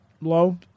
low